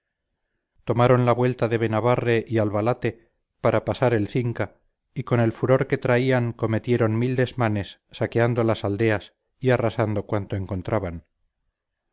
tomaron la vuelta de benabarre y albalate para pasar el cinca y con el furor que traían cometieron mil desmanes saqueando las aldeas y arrasando cuanto encontraban